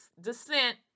descent